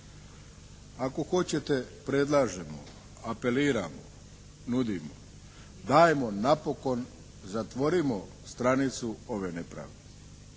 Ako hoćete predlažemo, apeliramo, nudimo, dajmo napokon zatvorimo stranicu ove nepravde.